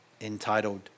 Entitled